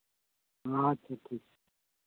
ᱟᱪᱪᱷᱟ ᱴᱷᱤᱠ